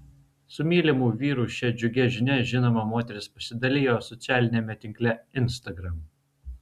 su mylimu vyru šia džiugia žinia žinoma moteris pasidalijo socialiniame tinkle instagram